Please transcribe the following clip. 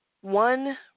one